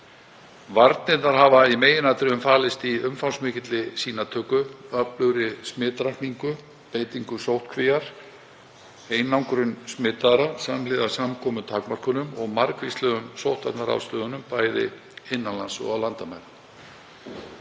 Varnirnar hafa í meginatriðum falist í umfangsmikilli sýnatöku, öflugri smitrakningu, beitingu sóttkvíar og einangrun smitaðra samhliða samkomutakmörkunum og margvíslegum sóttvarnaráðstöfunum, bæði innan lands og á landamærum.